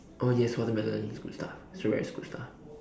oh yes watermelon is good stuff strawberry is good stuff